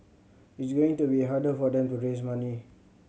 it's going to be harder for them to raise money